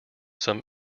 some